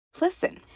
Listen